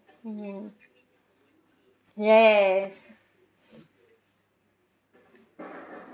mm yes